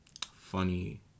funny